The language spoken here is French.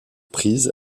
prises